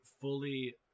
fully